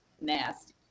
nasty